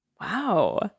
Wow